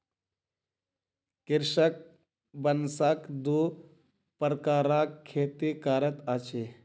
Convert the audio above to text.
कृषक बांसक दू प्रकारक खेती करैत अछि